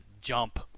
jump